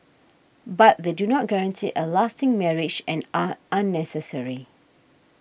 but they do not guarantee a lasting marriage and are unnecessary